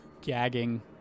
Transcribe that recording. gagging